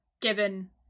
given